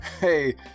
Hey